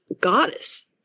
goddess